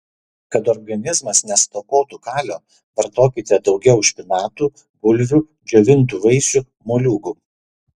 kad organizmas nestokotų kalio vartokite daugiau špinatų bulvių džiovintų vaisių moliūgų